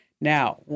Now